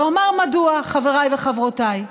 ואומר מדוע, חבריי וחברותיי: